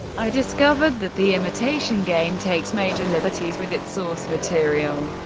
i discovered that the imitation game takes major liberties with its source material,